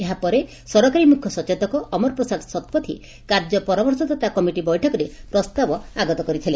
ଏହାପରେ ସରକାରୀ ମୁଖ୍ୟ ସଚେତକ ଅମର ପ୍ରସାଦ ଶତପଥୀ କାର୍ଯ୍ୟ ପରାମର୍ଶଦାତା କମିଟି ବୈଠକରେ ପ୍ରସ୍ତାବ ଆଗତ କରିଥିଲେ